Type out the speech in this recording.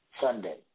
Sunday